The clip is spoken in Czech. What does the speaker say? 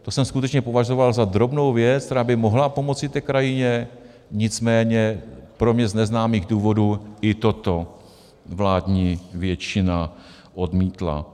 To jsem skutečně považoval za drobnou věc, která by mohla pomoci té krajině, nicméně z pro mě neznámých důvodů i toto vládní většina odmítla.